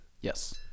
Yes